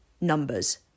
numbers